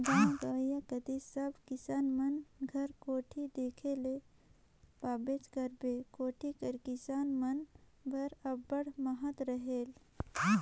गाव गंवई कती सब किसान मन घर कोठी देखे ले पाबेच करबे, कोठी कर किसान मन बर अब्बड़ महत रहेल